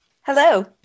Hello